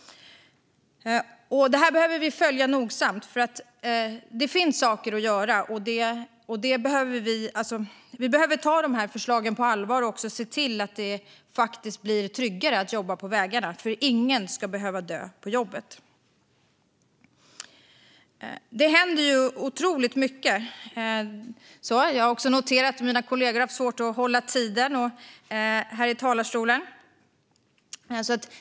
Vi behöver följa detta noga. Det finns nämligen saker att göra. Vi behöver ta dessa förslag på allvar och också se till att det faktiskt blir tryggare att jobba på vägarna, för ingen ska behöva dö på jobbet. Det händer otroligt mycket. Jag har också noterat att mina kollegor har haft svårt att hålla talartiderna.